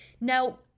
Now